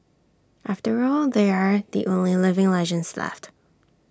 after all they are the only living legends left